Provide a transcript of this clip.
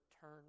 turn